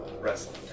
Wrestling